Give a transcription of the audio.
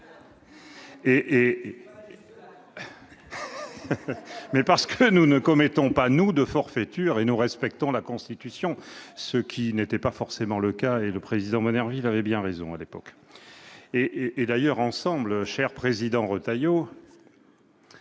! Parce que nous ne commettons pas, nous, de forfaiture et respectons la Constitution, ce qui n'était pas forcément le cas ; le président Monnerville avait bien raison à l'époque. D'ailleurs, ensemble, cher président Retailleau,